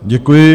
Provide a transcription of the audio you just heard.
Děkuji.